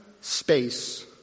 space